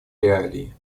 реалии